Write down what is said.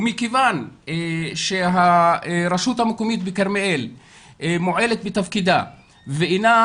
ומכיוון שהרשות המקומית בכרמיאל מועלת בתפקידה ואינה